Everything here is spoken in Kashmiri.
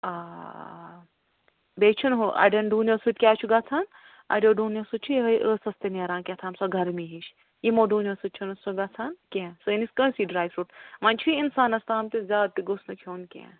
آ بیٚیہِ چھُنہٕ ہُو اڈیٛن ڈوٗنیٛو سۭتۍ کیٛاہ چھُ گژھان اڈیٛو ڈونیٛو سۭتۍ چھُ یہٲے ٲسس تہِ نیران کیٛتھام سۄ گرمی ہِش یِمو ڈوٗنیٛو سۭتۍ چھُنہٕ سُہ گژھان کیٚنٛہہ سٲنس کٲنسے ڈرٛاے فرٛوٗٹَس وۄنۍ چھُ یہِ اِنسانس تام تہِ زیادٕ تہِ گوٚژھ نہٕ کھیٛون کیٚنٛہہ